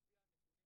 זה דבר אחד.